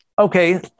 Okay